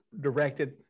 directed